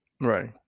right